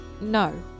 No